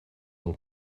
del